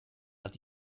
hat